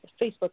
Facebook